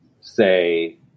say